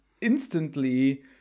instantly